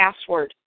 password